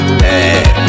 hey